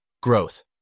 growth